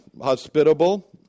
hospitable